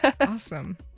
Awesome